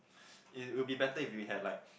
it will be better if had like